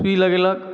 सूइ लगेलक